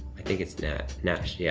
i think it's nat, nat, yeah